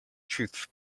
truth